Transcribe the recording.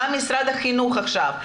גם משרד החינוך עכשיו,